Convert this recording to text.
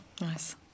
Nice